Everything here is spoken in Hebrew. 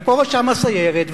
ופה ושם הסיירת,